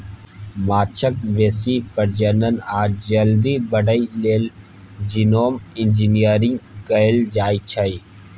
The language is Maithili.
माछक बेसी प्रजनन आ जल्दी बढ़य लेल जीनोम इंजिनियरिंग कएल जाएत छै